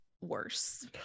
worse